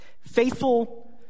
Faithful